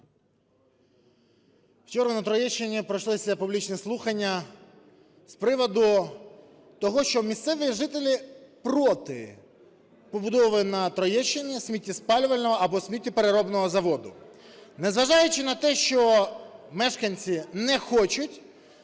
Вчора на Троєщині пройшли публічні слухання з приводу того, що місцеві жителі проти побудови на Троєщині сміттєспалювального або сміттєпереробного заводу. Незважаючи на те, що мешканці не хочуть,